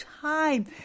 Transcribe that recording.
time